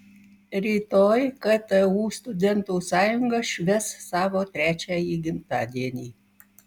rytoj ktu studentų sąjunga švęs savo trečiąjį gimtadienį